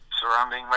surrounding